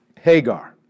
Hagar